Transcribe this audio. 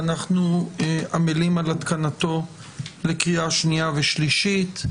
ואנחנו עמלים על התקנתו לקריאה השנייה והשלישית.